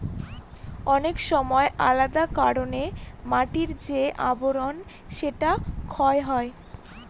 অনেক সময় আলাদা কারনে মাটির যে আবরন সেটা ক্ষয় হয়